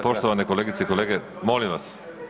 Poštovane kolegice i kolege, molim vas.